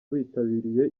bitabiriye